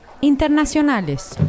Internacionales